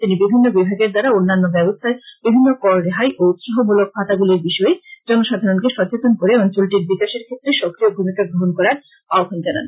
তিনি বিভিন্ন বিভাগের দ্বারা অন্যান্য ব্যবস্থায় বিভিন্ন কর রেহাই ও উৎসাহ মূলক ভাতাগুলির বিষয়ে জনসাধারনকে সচেতন করে অঞ্চলটির বিকাশের ক্ষেত্রে সক্রিয় ভূমিকা গ্রহন করার আহ্বান জানান